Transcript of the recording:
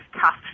tough